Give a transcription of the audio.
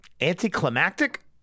anticlimactic